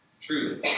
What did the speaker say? Truly